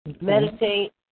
meditate